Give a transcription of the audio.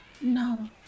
no